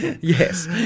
Yes